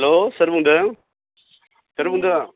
हेल' सोर बुंदों सोर बुदों